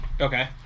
Okay